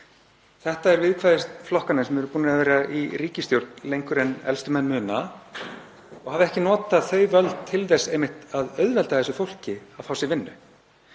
Þetta er viðkvæði flokkanna sem eru búnir að vera í ríkisstjórn lengur en elstu menn muna og hafa ekki notað þau völd til þess einmitt að auðvelda þessu fólki að fá sér vinnu.